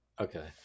Okay